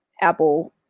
Apple